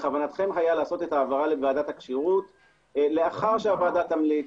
בכוונתכם היה לעשות את ההעברה לוועדת הכשירות לאחר שהוועדה תמליץ.